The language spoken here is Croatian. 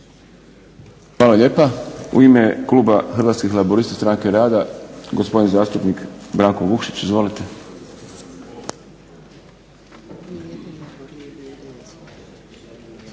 Hvala lijepa. U ime kluba Hrvatskih laburista stranke rada gospodin zastupnik Branko Vukšić. Izvolite.